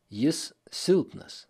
jis silpnas